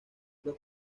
los